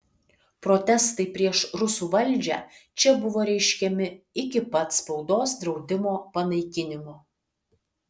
protestai prieš rusų valdžią čia buvo reiškiami iki pat spaudos draudimo panaikinimo